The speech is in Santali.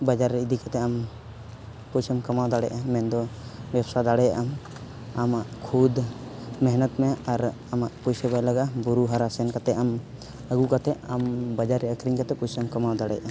ᱵᱟᱡᱟᱨ ᱨᱮ ᱤᱫᱤ ᱠᱟᱛᱮᱫ ᱟᱢ ᱯᱚᱭᱥᱟᱢ ᱠᱟᱢᱟᱣ ᱫᱟᱲᱮᱭᱟᱜᱼᱟ ᱢᱮᱱ ᱫᱚ ᱵᱮᱵᱥᱟ ᱫᱟᱲᱮᱭᱟᱜ ᱟᱢ ᱟᱢᱟᱜ ᱠᱷᱩᱫ ᱢᱮᱱᱦᱚᱛ ᱢᱮ ᱟᱨ ᱟᱢᱟᱜ ᱯᱚᱭᱥᱟ ᱵᱟᱭ ᱞᱟᱜᱟᱜᱼᱟ ᱵᱩᱨᱩ ᱦᱟᱨᱟ ᱥᱮᱱ ᱠᱟᱛᱮᱫ ᱟᱢ ᱟᱹᱜᱩ ᱠᱟᱛᱮᱫ ᱟᱢ ᱵᱟᱡᱟᱨ ᱨᱮ ᱟᱹᱠᱷᱟᱨᱤᱧ ᱠᱟᱛᱮᱫ ᱯᱚᱭᱥᱟᱢ ᱠᱟᱢᱟᱣ ᱫᱟᱲᱮᱭᱟᱜᱼᱟ